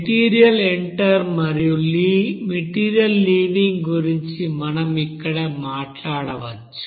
material enter మరియు material leaving గురించి మనం ఇక్కడ మాట్లాడవచ్చు